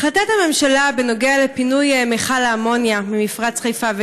החלטת הממשלה בנוגע לפינוי מכל האמוניה ממפרץ חיפה,